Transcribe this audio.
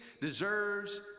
deserves